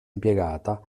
impiegata